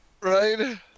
Right